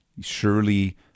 Surely